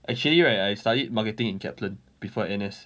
actually right I studied marketing in Kaplan before N_S